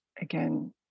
again